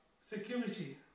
security